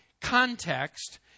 context